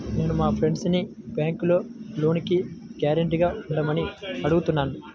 నేను మా ఫ్రెండ్సుని బ్యేంకులో లోనుకి గ్యారంటీగా ఉండమని అడుగుతున్నాను